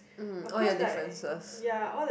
mm all your differences